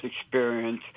experience